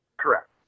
Correct